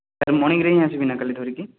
sir ମର୍ଣ୍ଣିଙ୍ଗରେ ହିଁ ଆସିବି ନା କାଲି ଧରିକି